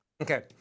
Okay